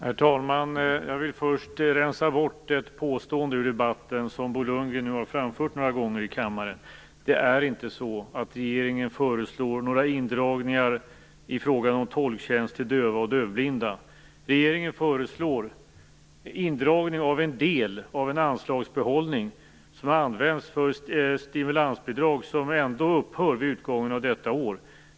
Herr talman! Jag vill först rensa bort ett påstående ur debatten som Bo Lundgren framfört några gånger i kammaren. Regeringen föreslår inte några indragningar av tolktjänsten till döva och dövblinda. Regeringen föreslår indragning av en del av en anslagsbehållning som används för stimulansbidrag, som ändå upphör vid utgången av detta år.